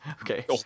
Okay